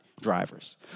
drivers